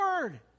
Word